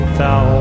thou